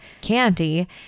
candy